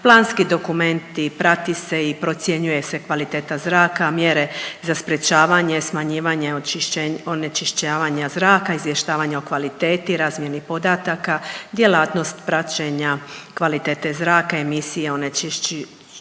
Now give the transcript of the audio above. planski dokumenti, prati se i procjenjuje se kvaliteta zraka, mjere za sprječavanje smanjivanja onečišćavanja zraka, izvještavanja o kvaliteti, razmjeni podataka, djelatnost praćenja kvalitete zraka, emisije onečišćujućih